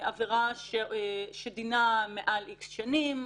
עבירה שדינה מעל איקס שנים,